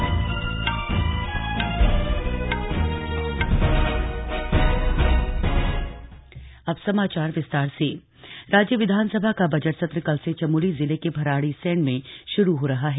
सत्र तैयारी राज्य विधानसभा का बजट सत्र कल से चमोली जिले के भराणीसैण में शुरू हो रहा है